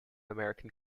american